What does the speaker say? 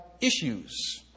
issues